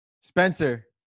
Spencer